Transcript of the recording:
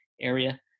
area